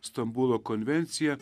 stambulo konvenciją